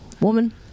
woman